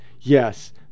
Yes